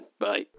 Bye